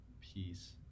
peace